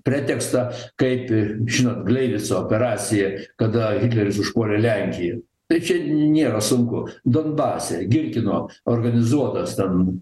pretekstą kaip žinot gleivico operacija kada hitleris užpuolė lenkiją tai čia nėra sunku donbase girkino organizuotos ten